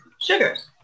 sugars